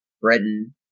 Britain